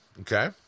okay